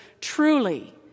truly